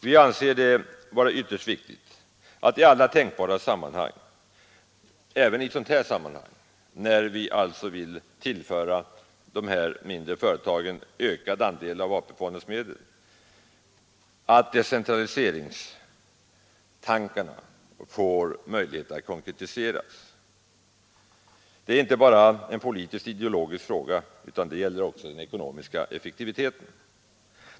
Vi anser det emellertid vara ytterst viktigt att i alla tänkbara sammanhang — även i ett sådant här sammanhang där vi alltså vill tillföra de mindre företagen ökad andel av AP-fondsmedel — decentraliseringstankarna får möjlighet att konkretiseras. Det är inte bara en politisk och ideologisk fråga, utan det gäller också den ekonomiska effektiviteten.